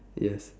yes